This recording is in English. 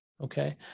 okay